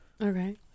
Okay